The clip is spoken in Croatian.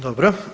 Dobro.